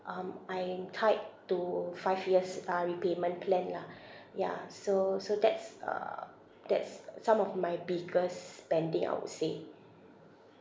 um I am tied to five years uh repayment plan lah yeah so so that's uh that's some of my biggest spending I would say